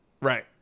Right